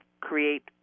create